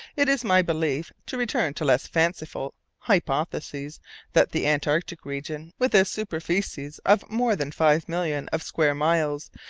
it is my belief to return to less fanciful hypotheses that the antarctic region, with a superficies of more than five millions of square miles,